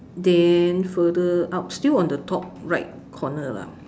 then further up still on the top right corner lah